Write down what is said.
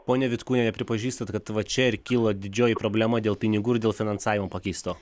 ponia vitkūniene pripažįstat kad va čia ir kyla didžioji problema dėl pinigų ir dėl finansavimo pakeisto